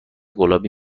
گلابی